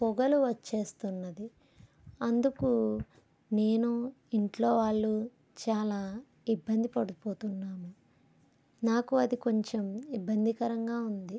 పొగలు వచ్చేస్తున్నది అందుకు నేను ఇంట్లో వాళ్ళు చాలా ఇబ్బంది పడిపోతున్నాము నాకు అది కొంచెం ఇబ్బందికరంగా ఉంది